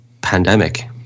pandemic